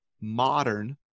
modern